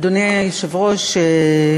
אדוני היושב-ראש,